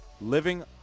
living